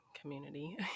community